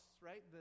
right